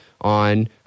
on